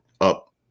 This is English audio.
up